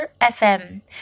FM